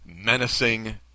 menacing